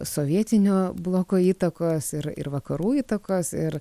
sovietinio bloko įtakos ir ir vakarų įtakos ir